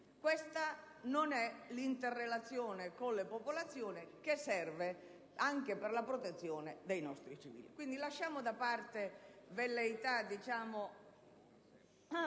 Questa non è l'interrelazione con le popolazioni che serve anche per la protezione dei nostri civili. Lasciamo quindi da parte velleità